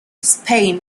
spain